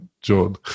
John